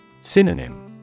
Synonym